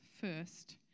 first